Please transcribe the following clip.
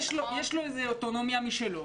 יש לו איזו אוטונומיה משלו.